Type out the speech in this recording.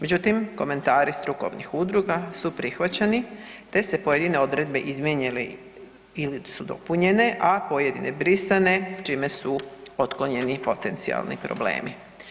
Međutim, komentari strukovnih udruga su prihvaćeni te se pojedine odredbe izmijenjene ili su dopunjene, a pojedine brisane čime su otklonjeni potencijalni problemi.